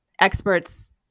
experts